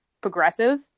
progressive